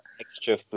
Extra